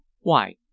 Why